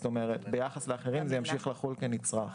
כלומר ביחס לאחרים זה ימשיך לחול כנצרך.